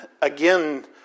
again